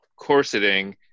corseting